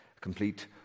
complete